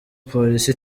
polisi